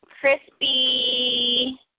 crispy